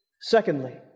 Secondly